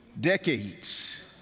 decades